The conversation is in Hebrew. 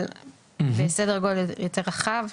אבל בסדר גודל יותר רחב.